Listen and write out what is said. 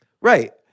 Right